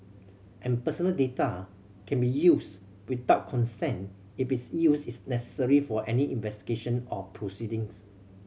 and personal data can be used without consent if its use is necessary for any investigation or proceedings